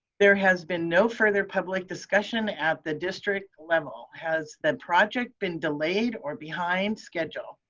there has been no further public discussion at the district level. has the project been delayed or behind schedule?